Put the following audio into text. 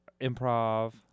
improv